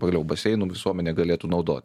pagaliau baseinu visuomenė galėtų naudot